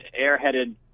airheaded